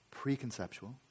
preconceptual